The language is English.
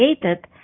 created